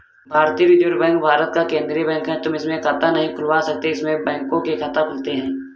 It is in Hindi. भारतीय रिजर्व बैंक भारत का केन्द्रीय बैंक है, तुम इसमें खाता नहीं खुलवा सकते इसमें बैंकों के खाते खुलते हैं